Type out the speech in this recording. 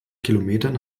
kilometern